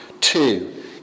Two